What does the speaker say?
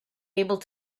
able